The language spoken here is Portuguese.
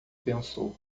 pensou